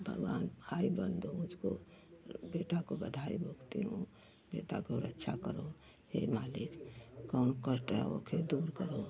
भगवान भाई बन्धु मुझको बेटा को बधाई भूखती हूँ बेटा को रक्षा करो हे मालिक कौनो कष्ट आए ओके दूर करो